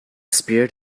spirit